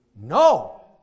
No